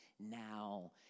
now